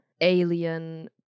alien